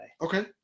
Okay